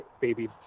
baby